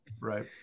Right